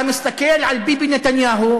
אתה מסתכל על ביבי נתניהו,